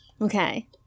Okay